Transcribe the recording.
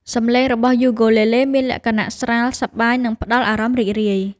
សំឡេងរបស់យូគូលេលេមានលក្ខណៈស្រាល សប្បាយ និងផ្តល់អារម្មណ៍រីករាយ។